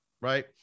right